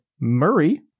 Murray